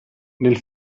nel